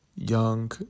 young